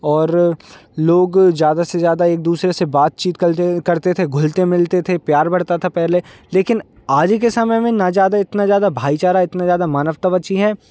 और लोग ज़्यादा से ज़्यादा एक दूसरे से बातचीत कलते करते थे घुलते मिलते थे प्यार बढ़ता था पहले लेकिन आज के समय में न ज़्यादा इतना ज़्यादा भाई चारा न इतना ज़्यादा मानवता बची है